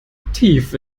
tief